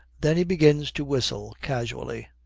then he begins to whistle casually.